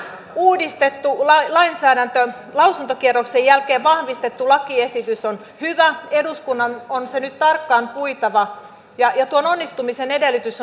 uudistettu lainsäädäntö lausuntokierroksen jälkeen vahvistettu lakiesitys on hyvä eduskunnan on se nyt tarkkaan puitava ja ja tuon onnistumisen edellytys